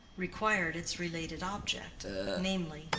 required its related object namely,